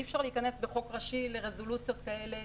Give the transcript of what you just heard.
אי אפשר להיכנס בחוק ראשי לרזולוציות כאלה,